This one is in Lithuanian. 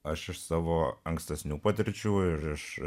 aš iš savo ankstesnių patirčių ir iš